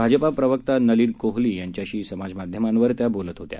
भाजपा प्रवक्ता नलिन कोहली यांच्याशी समाजमाध्यमांवर त्या बोलत होत्या